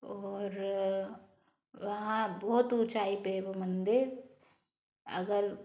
और वहाँ बहुत ऊँचाई पर है वो मंदिर अगर